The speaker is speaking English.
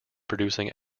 producing